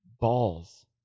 balls